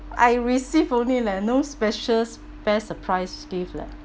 I receive only leh no specials best surprise gift leh